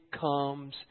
comes